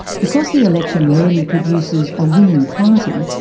because the election rarely produces a winning party,